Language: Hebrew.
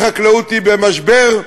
החקלאות במשבר,